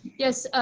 yes,